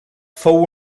fou